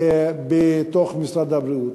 בתוך משרד הבריאות?